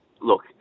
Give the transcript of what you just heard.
Look